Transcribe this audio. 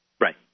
Right